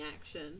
action